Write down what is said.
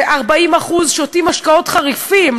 ש-40% שותים משקאות חריפים,